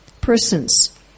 persons